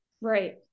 Right